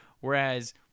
whereas